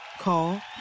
Call